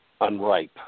unripe